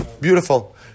beautiful